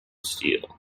steel